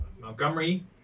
Montgomery